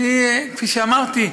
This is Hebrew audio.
כפי שאמרתי,